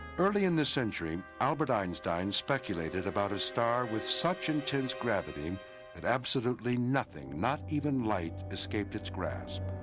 early in this century, albert einstein speculated about a star with such intense gravity that absolutely nothing, not even light, escaped its grasp.